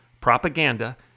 Propaganda